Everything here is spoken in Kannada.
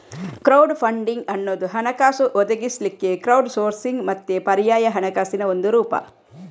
ಕ್ರೌಡ್ ಫಂಡಿಂಗ್ ಅನ್ನುದು ಹಣಕಾಸು ಒದಗಿಸ್ಲಿಕ್ಕೆ ಕ್ರೌಡ್ ಸೋರ್ಸಿಂಗ್ ಮತ್ತೆ ಪರ್ಯಾಯ ಹಣಕಾಸಿನ ಒಂದು ರೂಪ